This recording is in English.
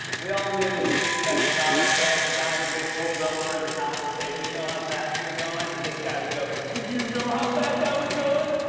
we all knew this in college, right? the guy who would get pulled over, and the cop would say, do you know how fast you were going? and this guy would go, do you know how fast i was going?